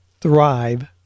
thrive